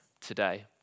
today